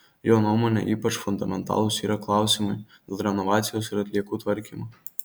jo nuomone ypač fundamentalūs yra klausimai dėl renovacijos ir dėl atliekų tvarkymo